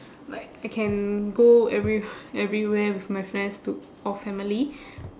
like I can go every~ everywhere with my friends to or family